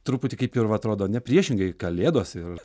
truputį kaip ir va atrodo ne priešingai kalėdos ir